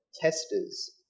testers